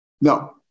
No